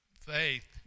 faith